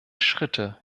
schritte